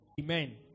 Amen